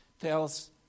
tells